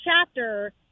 chapter